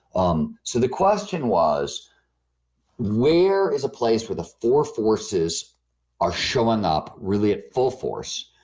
um so the question was where is a place where the four forces are showing up really at full force?